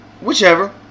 Whichever